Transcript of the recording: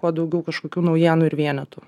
kuo daugiau kažkokių naujienų ir vienetų